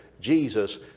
Jesus